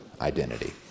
identity